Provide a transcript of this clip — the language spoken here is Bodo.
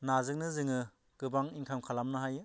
नाजोंनो जोङो गोबां इंखाम खालामनो हायो